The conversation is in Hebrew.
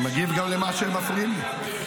אני מגיב גם על מה שהם מפריעים לי.